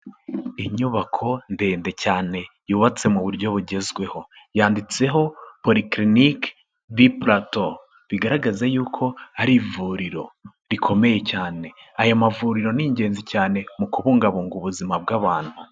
Inyubako ndende cyane yubatse mu buryo bugezweho, yanditseho Polyclinique du plateau, bigaragaza y'uko ari ivuriro rikomeye cyane, aya mavuriro ni ingenzi cyane mu kubungabunga ubuzima bw'abantu.